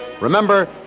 Remember